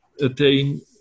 attain